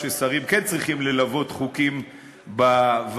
ששרים כן צריכים ללוות חוקים בוועדות,